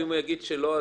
ואם הוא יגיד שלא,